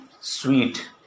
sweet